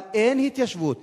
אבל אין התיישבות,